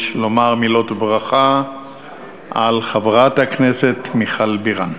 לומר מילות ברכה לחברת הכנסת מיכל בירן.